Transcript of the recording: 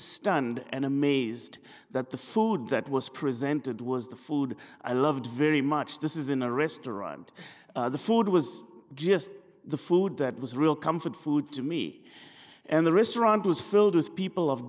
stunned and amazed that the food that was presented was the food i loved very much this is in a restaurant the food was just the food that was real comfort food to me and the restaurant was filled with people of